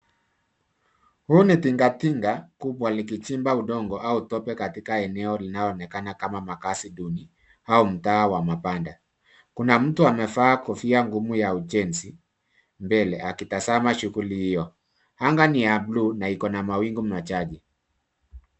Huu ni tingatinga kubwa likichimba udongo au tope katika eneo linaonekana kama makazi duni au mtaa wa mabanda. Kuna mtu amevaa kofia ngumu ya ujenzi mbele akitazama shungli hiyo. Anga ni ya buluu na iko na mawingu machache.